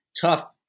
tough